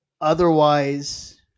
otherwise